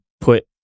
put